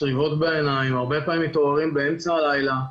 צריבות בעיניים, הרבה פעמים מתעוררים באמצע הלילה.